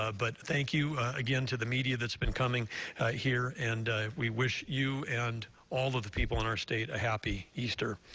ah but thank you, again, to the media that has been coming here, and we wish you and all of the people in our state a happy easter.